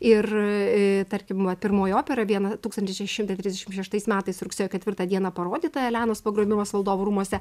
ir ee tarkim va pirmoji opera viena tūkstantis šeši šimtai trisdešimt šeštais metais rugsėjo ketvirtą dieną parodyta elenos pagrobimas valdovų rūmuose